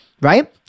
right